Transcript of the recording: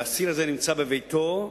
והאסיר הזה נמצא בביתו.